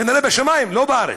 כנראה בשמיים, לא בארץ.